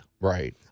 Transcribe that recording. Right